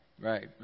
Right